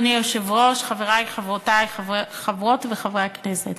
אדוני היושב-ראש, חברי וחברותי חברות וחברי הכנסת,